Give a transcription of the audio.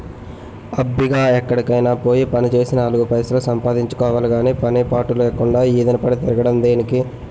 అబ్బిగా ఎక్కడికైనా పోయి పనిచేసి నాలుగు పైసలు సంపాదించుకోవాలి గాని పని పాటు లేకుండా ఈదిన పడి తిరగడం దేనికి?